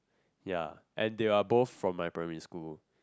ya and they are both from my primary school